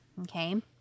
okay